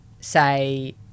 say